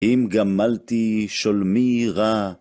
אם גמלתי, שולמי רע.